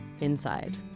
inside